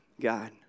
God